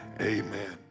amen